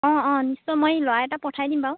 অঁ অঁ নিশ্চয় মই এই ল'ৰা এটাক পঠিয়াই দিম বাৰু